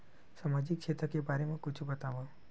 सामजिक क्षेत्र के बारे मा कुछु बतावव?